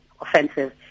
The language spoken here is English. offensive